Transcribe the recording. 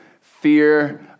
fear